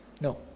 No